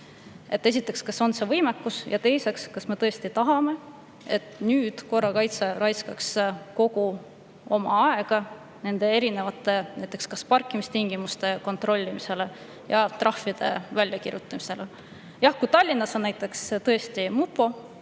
Esiteks, kas on see võimekus, ja teiseks, kas me tõesti tahame, et korrakaitse raiskaks nüüd kogu oma aja nende erinevate, näiteks parkimistingimuste kontrollimisele ja trahvide väljakirjutamisele? Jah, Tallinnas on tõesti mupo,